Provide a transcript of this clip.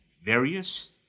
various